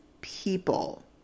people